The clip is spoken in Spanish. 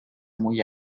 muy